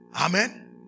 Amen